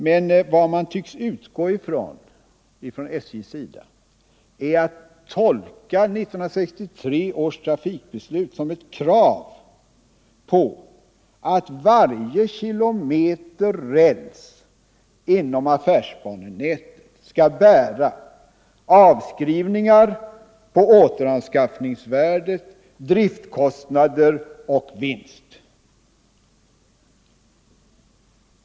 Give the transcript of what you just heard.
Men SJ tycks tolka 1963 års trafikbeslut som ett krav på att varje kilometer räls inom affärsbanenätet skall bära avskrivningar på återanskaffningsvärdet, täcka driftkostnader och ge vinst.